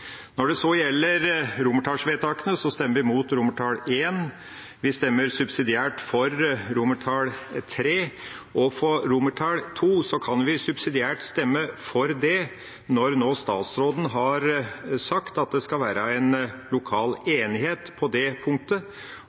Når det så gjelder romertallsvedtakene, stemmer vi imot I, og vi stemmer subsidiært for III. Når det gjelder II, kan vi subsidiært stemme for det når nå statsråden har sagt at det skal være en lokal enighet på det punktet,